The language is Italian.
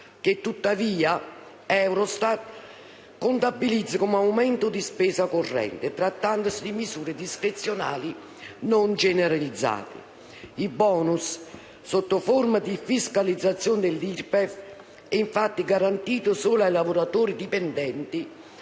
che tuttavia Eurostat contabilizza come aumento di spesa corrente, trattandosi di misure discrezionali non generalizzate. Il *bonus*, sotto forma di fiscalizzazione dell'IRPEF, è infatti garantito solo ai lavoratori dipendenti